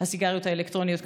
הסיגריות האלקטרוניות.